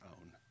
own